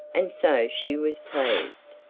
and so she was pleased,